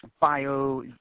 bio